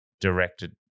directed